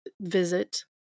visit